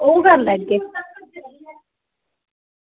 ओह् बंद न केह्